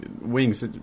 wings